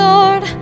Lord